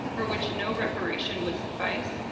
for which no reparation would suffice.